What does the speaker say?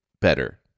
better